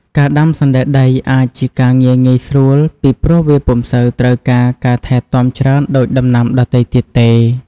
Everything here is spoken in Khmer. ការដាំសណ្តែកដីអាចជាការងារងាយស្រួល ពីព្រោះវាពុំសូវត្រូវការការថែទាំច្រើនដូចដំណាំដទៃទៀតទេ។